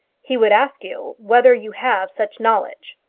he would ask you whether you have such knowledge.